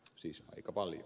siis aika paljon